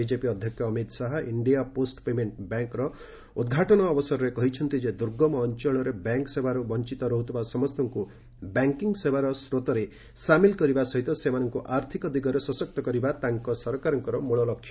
BJP ଅଧ୍ୟକ୍ଷ Amit Shah India post payment ବ୍ୟାଙ୍କର ଉଦ୍ଘାଟନ ଅବସରରେ କହିଛନ୍ତି ଯେ ଦୁର୍ଗମ ଅଞ୍ଚଳରେ ବ୍ୟାଙ୍କ ସେବାରୁ ବଞ୍ଚ୍ଚତ ରହୁଥିବା ସମସ୍ତଙ୍କୁ ବ୍ୟାଙ୍କିଙ୍ଗ୍ ସେବାର ଶ୍ରୋତରେ ସାମିଲ କରିବା ସହିତ ସେମାନଙ୍କୁ ଆର୍ଥିକ ଦିଗରେ ସଶକ୍ତ କରିବା ତାଙ୍କ ସରକାରଙ୍କର ଲକ୍ଷ୍ୟ